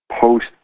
post